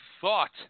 thought